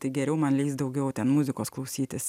tai geriau man leis daugiau ten muzikos klausytis